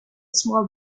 small